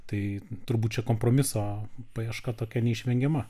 tai turbūt čia kompromiso paieška tokia neišvengiama